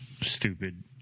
stupid